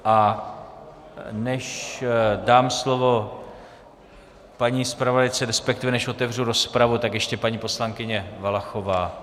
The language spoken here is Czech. A než dám slovo paní zpravodajce, resp. než otevřu rozpravu, tak ještě paní poslankyně Valachová.